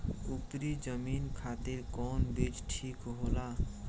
उपरी जमीन खातिर कौन बीज ठीक होला?